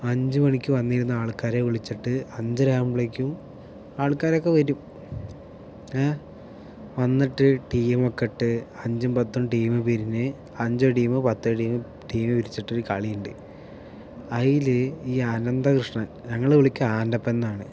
അഞ്ച് മണിക്ക് വന്നിരുന്ന് ആൾക്കാരെ വിളിച്ചിട്ട് അഞ്ചര ആകുമ്പോഴേക്കും ആൾക്കാരൊക്കെ വരും വന്നിട്ട് ടീമാക്കിയിട്ട് അഞ്ചും പത്തും ടീം പിരിഞ്ഞ് അഞ്ച് ടീം പത്ത് ടീം ടീം പിരിച്ചിട്ടൊരു കളിയുണ്ട് അതിൽ ഈ അനന്തകൃഷ്ണൻ ഞങ്ങള് വിളിയ്ക്കാ ആൻറ്റപ്പൻന്നാണ്